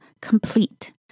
Complete